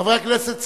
חברי הכנסת צודקים.